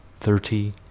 thirty